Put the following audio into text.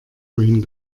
wohin